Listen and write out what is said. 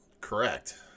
correct